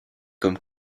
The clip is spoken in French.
comme